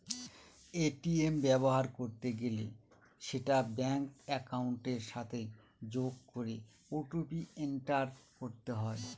ATM ব্যবহার করতে গেলে সেটা ব্যাঙ্ক একাউন্টের সাথে যোগ করে ও.টি.পি এন্টার করতে হয়